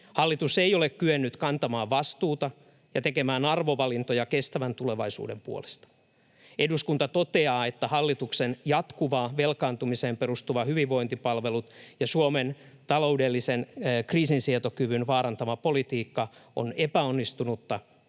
Hallitus ei ole kyennyt kantamaan vastuuta ja tekemään arvovalintoja kestävän tulevaisuuden puolesta. Eduskunta toteaa, että hallituksen jatkuvaan velkaantumiseen perustuvat hyvinvointipalvelut ja Suomen taloudellisen kriisinsietokyvyn vaarantava politiikka ovat epäonnistuneita